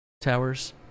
Towers